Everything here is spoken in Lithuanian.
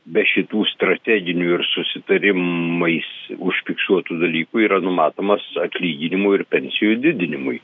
be šitų strateginių ir susitarimais užfiksuotų dalykų yra numatomas atlyginimų ir pensijų didinimui